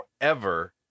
forever